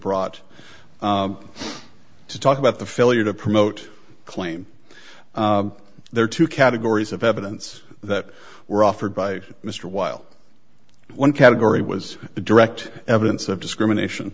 brought to talk about the failure to promote claim there are two categories of evidence that were offered by mr while one category was the direct evidence of discrimination